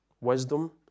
wisdom